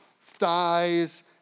thighs